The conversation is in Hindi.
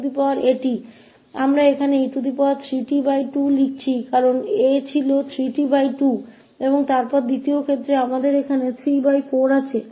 तो हम यहाँ लिख रहे हैं e3t2 क्यों कि 𝑎 3t2 था और फिर दूसरे मामले में हमारे पास यहाँ 34 है